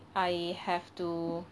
I have to